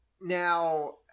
now